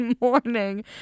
morning